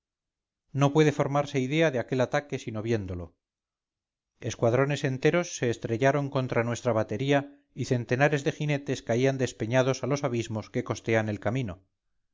no puede formarse idea de aquel ataque sino viéndolo escuadrones enteros se estrellaban contra nuestra batería y centenares de jinetes caían despeñados a los abismos que costean el camino